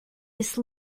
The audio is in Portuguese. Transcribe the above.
esse